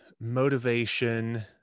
motivation